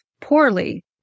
poorly